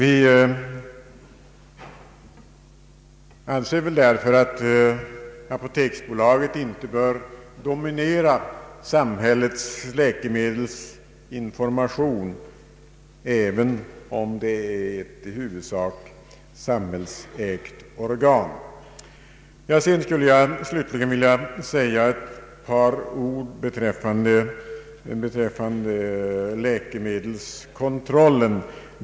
Enligt vår mening bör därför inte apoteksbolaget dominera samhällets läkemedelsinformation även om det är ett i huvudsak samhällsägt organ. Sedan skulle jag vilja säga ett par ord beträffande läkemedelskontrollen.